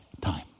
time